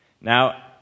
Now